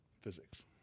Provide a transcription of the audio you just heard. physics